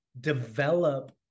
develop